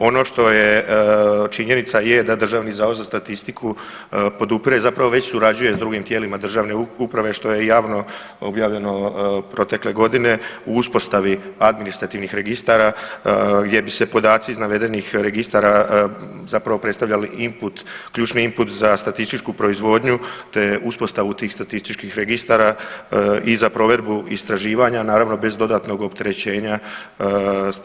Ono što je činjenica je da Državni zavod za statistiku podupire, zapravo već surađuje sa drugim tijelima državne uprave što je javno objavljeno protekle godine u uspostavi administrativnih registara gdje bi se podaci iz navedenih registara zapravo predstavljali input, ključni input za statističku proizvodnju, te uspostavu tih statističkih registara i za provedbu istraživanja naravno bez dodatnog opterećenja izvještajnih jedinica.